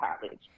college